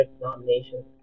nominations